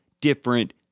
different